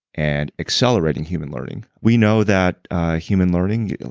and accelerating human learning. we know that human learning,